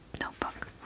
notebook